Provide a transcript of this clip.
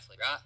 right